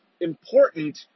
important